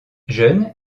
jeune